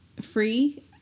free